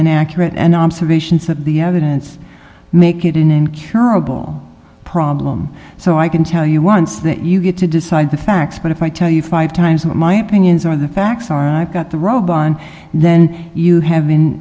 inaccurate and observations of the evidence make it an incurable problem so i can tell you once that you get to decide the facts but if i tell you five times what my opinions are the facts are i've got the robe on and then you have